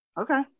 Okay